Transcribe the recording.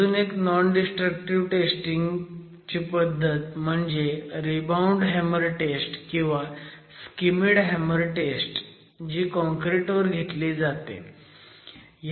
अजून एक non destructive testing ची पद्धत म्हणजे रीबाऊंड हॅमर टेस्ट किंवा स्कीमिड हॅमर टेस्ट जी काँक्रिट वर घेतली जाते